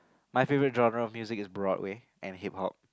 my favorite genre of music is broad way and Hip Hop